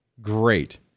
great